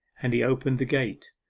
and he opened the gate.